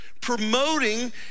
promoting